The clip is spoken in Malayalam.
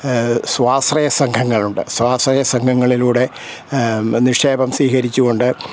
സ്വാശ്രയ സംഘങ്ങളുണ്ട് സ്വാശ്രയ സംഘങ്ങളിലൂടെ നിക്ഷേപം സ്വീകരിച്ചുകൊണ്ട്